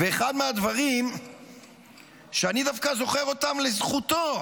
אחד מהדברים שאני דווקא זוכר לזכותו,